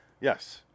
Yes